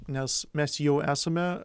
nes mes jau esame